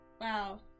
Wow